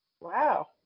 Wow